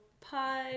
pod